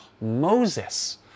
Moses